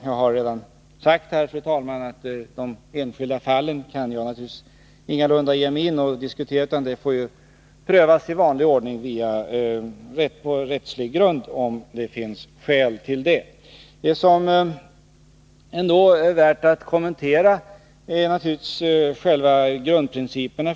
Jag har redan sagt, fru talman, att jag naturligtvis ingalunda kan ge mig in på att diskutera de enskilda fallen, utan de får prövas i vanlig ordning på rättslig grund, om det finns anledning till detta. Vad som ändå är värt att kommentera är naturligtvis själva grundprinciperna.